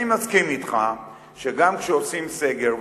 אני מסכים אתך שגם כשעושים סגר,